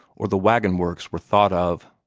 or the wagon-works were thought of.